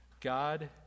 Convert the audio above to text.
God